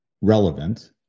relevant